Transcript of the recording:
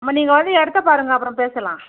ம நீங்கள் வந்து இடத்த பாருங்கள் அப்புறம் பேசலாம்